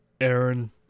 Aaron